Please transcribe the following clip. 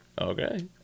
Okay